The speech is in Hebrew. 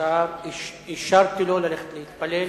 אישרתי לו ללכת להתפלל.